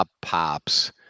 pops